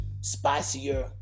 spicier